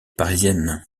parisienne